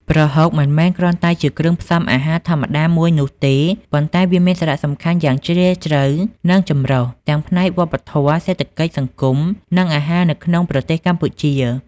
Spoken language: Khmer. ប្រហុកមិនមែនគ្រាន់តែជាគ្រឿងផ្សំអាហារធម្មតាមួយនោះទេ ប៉ុន្តែវាមានសារៈសំខាន់យ៉ាងជ្រាលជ្រៅ និងចម្រុះទាំងផ្នែកវប្បធម៌ សេដ្ឋកិច្ច សង្គម និងអាហារនៅក្នុងប្រទេសកម្ពុជា។